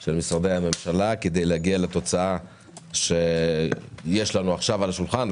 של משרדי הממשלה כדי להגיע לתוצאה שיש לנו עכשיו על השולחן,